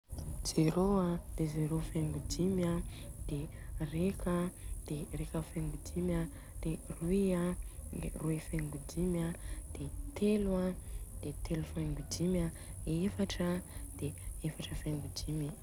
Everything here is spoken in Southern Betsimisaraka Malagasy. Zerô an de zéro fengo dimy an, de reka an, de reka fengo dimy an, de roy an, de roy fengo dimy, de telo an, de telo fengo dimy an, efatra an, de efatra fengo dimy.